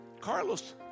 Carlos